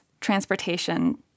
transportation